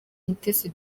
mutesi